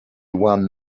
one